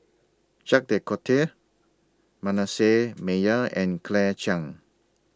Jacques De Coutre Manasseh Meyer and Claire Chiang